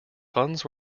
funds